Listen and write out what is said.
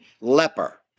leper